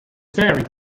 varied